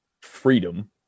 freedom